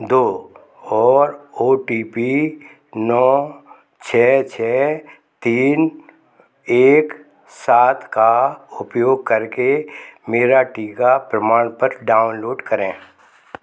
दो और O T P नौ छः छः तीन एक सात का उपयोग करके मेरा टीका प्रमाण पत्र डाउनलोड करें